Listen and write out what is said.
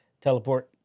teleport